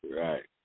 Right